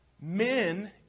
men